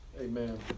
amen